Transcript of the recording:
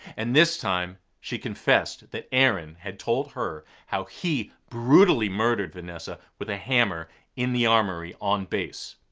and this time she confessed that aaron had told her how he brutally murdered vanessa with a hammer in the armory on base.